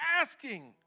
asking